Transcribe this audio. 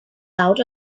out